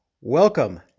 Welcome